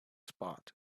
spot